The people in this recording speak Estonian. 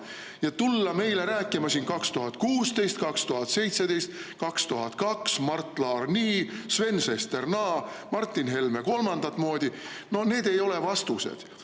Ja tulla meile rääkima siin aastatest 2016, 2017, 2002, Mart Laar nii, Sven Sester naa, Martin Helme kolmandat moodi – no need ei ole vastused.